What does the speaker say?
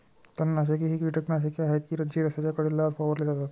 तणनाशके ही कीटकनाशके आहेत जी रस्त्याच्या कडेला फवारली जातात